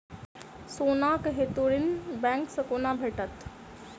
सोनाक हेतु ऋण बैंक सँ केना भेटत?